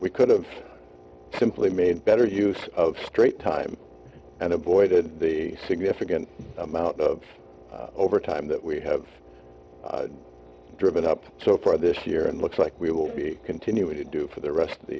we could have simply made better use of straight time and avoided a significant amount of overtime that we have driven up so far this year and looks like we will be continuing to do for the rest of the